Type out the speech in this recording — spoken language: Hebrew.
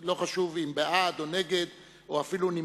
לא חשוב אם בעד, נגד או נמנע,